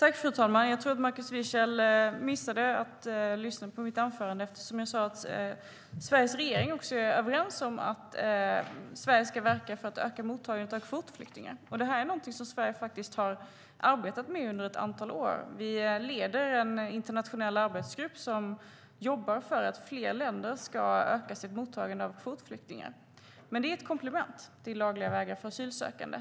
Fru talman! Jag tror att Markus Wiechel missade att lyssna på mitt anförande eftersom jag sa att Sveriges regering är överens om att Sverige ska verka för att öka mottagandet av kvotflyktingar. Det är någonting som Sverige faktiskt har arbetat med under ett antal år. Vi leder en internationell arbetsgrupp som jobbar för att fler länder ska öka sitt mottagande av kvotflyktingar. Men det är ett komplement till lagliga vägar för asylsökande.